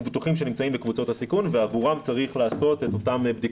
מחייב את קופות החולים לעשות את זה.